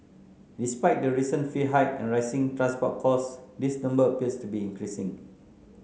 despite the recent fee hike and rising transport costs this number appears to be increasing